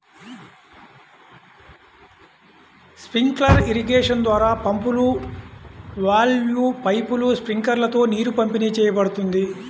sprinkler irrigation ద్వారా పంపులు, వాల్వ్లు, పైపులు, స్ప్రింక్లర్లతో నీరు పంపిణీ చేయబడుతుంది